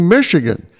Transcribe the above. Michigan